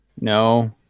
No